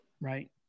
Right